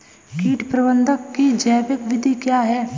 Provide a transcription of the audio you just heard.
कीट प्रबंधक की जैविक विधि क्या है?